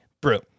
brew